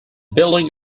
building